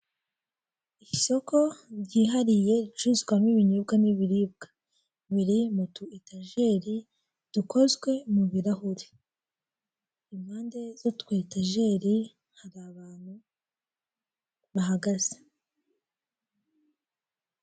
Ikinyamakuru cya banki yo mu Rwanda yitwa ekwiti kivuga ibijyanye no gufata inguzanyo muri iyo banki ingana na miliyoni mirongo ine cyangwa arenga, gishushanyijeho umugabo uri mu kazi wambaye itaburiya y'akazi.